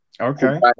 Okay